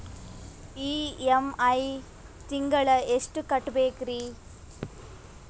EMI ತಿಂಗಳ ಎಷ್ಟು ಕಟ್ಬಕ್ರೀ?